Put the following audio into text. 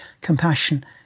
compassion